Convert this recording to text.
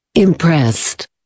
Impressed